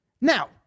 Now